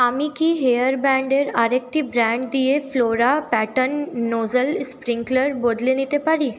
আমি কি হেয়ার ব্যান্ডের আরেকটি ব্র্যান্ড দিয়ে ফ্লোরা প্যাটার্ন নোজেল স্প্রিংকলার বদলে নিতে পারি